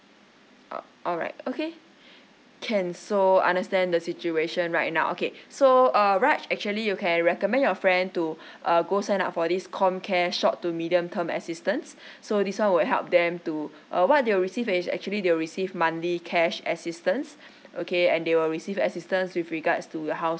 uh all right okay can so understand the situation right now okay so uh raj actually you can recommend your friend to err go sign up for this comcare short to medium term assistance so this one will help them to uh what they will receive is actually they will receive monthly cash assistance okay and they will receive assistance with regards to your house